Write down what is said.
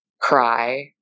cry